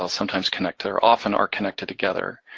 sometimes connect. they're often are connected together.